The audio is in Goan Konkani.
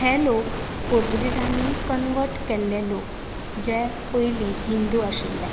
हे लोक पोर्तुगिजांनी कनर्वट केल्ले लोक जे पयलीं हिंदू आशिल्ले